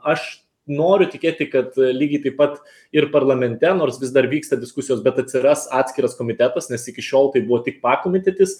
aš noriu tikėti kad lygiai taip pat ir parlamente nors vis dar vyksta diskusijos bet atsiras atskiras komitetas nes iki šiol tai buvo tik pakomitetis